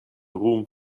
ruhm